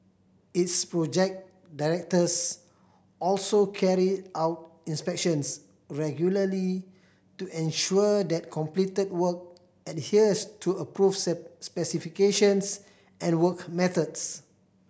its project directors also carry out inspections regularly to ensure that completed work adheres to approved specifications and work methods